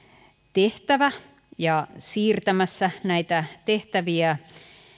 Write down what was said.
tehtävä ja siirtämässä näitä tehtäviä